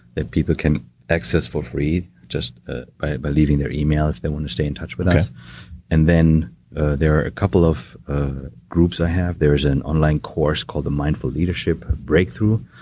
that people can access for free, just ah by by leaving their email if they want to stay in touch with us okay and then there are a couple of groups i have. there's an online course called the mindful leadership breakthrough.